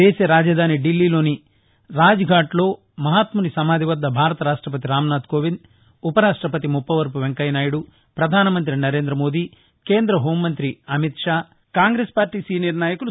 దేశ రాజధాని దిల్లీలోని రాజ్ఘాట్లో మహాత్ముని సమాధి వద్ద భారత రాష్టపతి రామ్నాథ్ కోవింద్ ఉ పరాష్టపతి ముప్పవరపు వెంకయ్య నాయుడు ప్రధాన మంత్రి నరేంద్ర మోదీ కేంద్ర హోంమంతి అమిత్షా కాంగ్రెస్ పార్టీ సీనియర్ నాయకులు